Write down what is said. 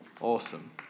Awesome